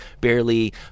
barely